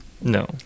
No